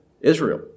Israel